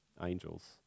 angels